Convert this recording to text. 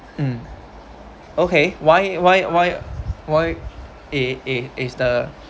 mm okay why why why why I I is the